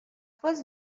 fost